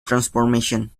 transformation